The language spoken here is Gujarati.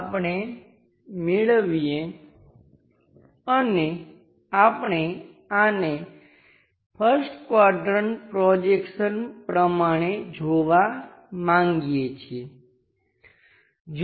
ચાલો આપણે મેળવીએ અને આપણે આને 1st ક્વાડ્રંટ પ્રોજેક્શન પ્રમાણે જોવા માંગીએ છીએ